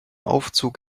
aufzug